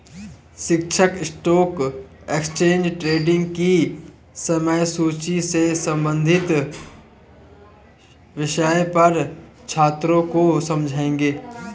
शिक्षक stock exchange trading की समय सूची से संबंधित विषय पर छात्रों को समझाएँगे